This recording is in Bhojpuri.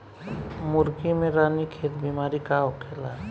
मुर्गी में रानीखेत बिमारी का होखेला?